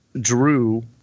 drew